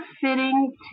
fitting